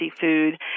food